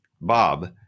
Bob